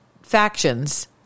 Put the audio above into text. factions